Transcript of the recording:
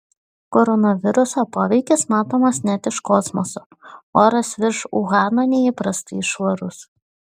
koronaviruso poveikis matomas net iš kosmoso oras virš uhano neįprastai švarus